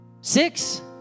Six